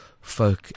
Folk